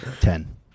Ten